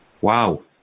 Wow